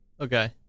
Okay